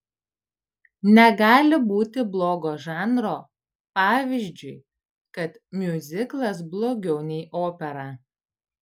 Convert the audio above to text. negali būti blogo žanro pavyzdžiui kad miuziklas blogiau nei opera